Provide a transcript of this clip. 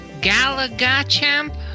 Galagachamp